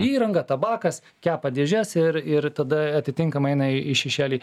įranga tabakas kepa dėžes ir ir tada atitinkamai eina į šešėlį